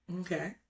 Okay